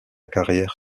carrière